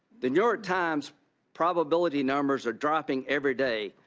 the new york times probability numbers are dropping every day.